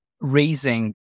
raising